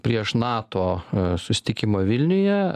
prieš prieš nato susitikimą vilniuje